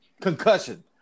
concussion